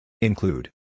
Include